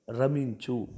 raminchu